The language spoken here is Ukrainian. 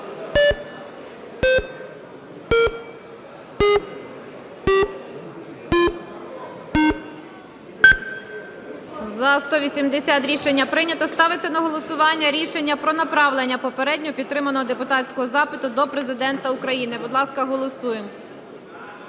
За-180 Рішення прийнято. Ставиться на голосування рішення про направлення попередньо підтриманого депутатського запиту до Президента України. Будь ласка, голосуємо.